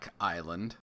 Island